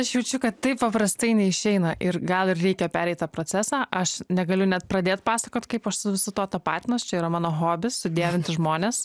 aš jaučiu kad taip paprastai neišeina ir gal ir reikia pereit tą procesą aš negaliu net pradėt pasakot kaip aš su su tuo tapatinuos čia yra mano hobis sudievinti žmonės